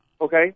okay